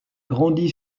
grandi